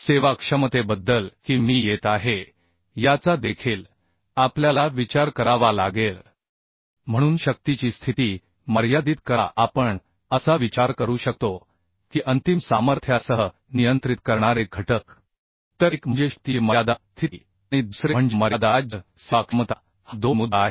सेवाक्षमतेबद्दल की मी येत आहे याचा देखील आपल्याला विचार करावा लागेल म्हणून शक्तीची स्थिती मर्यादित करा आपण असा विचार करू शकतो की अंतिम सामर्थ्यासह नियंत्रित करणारे घटक तर एक म्हणजे शक्तीची मर्यादा स्थिती आणि दुसरे म्हणजे मर्यादा राज्य सेवाक्षमता हा दोन मुद्दा आहे